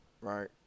Right